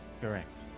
correct